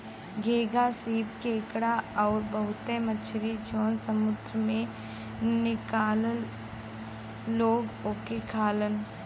सीप, घोंघा केकड़ा आउर बहुते मछरी जौन समुंदर में मिलला लोग ओके खालन